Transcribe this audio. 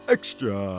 Extra